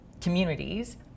communities